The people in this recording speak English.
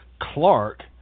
Clark